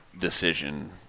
decision